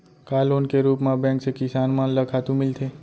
का लोन के रूप मा बैंक से किसान मन ला खातू मिलथे?